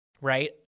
right